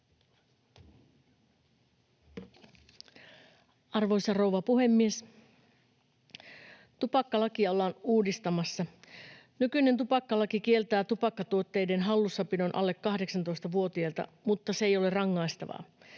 Arvoisa rouva puhemies! Tupakkalakia ollaan uudistamassa. Nykyinen tupakkalaki kieltää tupakkatuotteiden hallussapidon alle 18-vuotiailta, mutta se ei ole rangaistavaa.